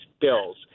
bills